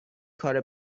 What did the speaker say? کار